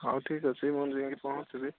ହଉ ଠିକ୍ ଅଛି ମୁଁ ଯାଇକି ପହଞ୍ଚିବି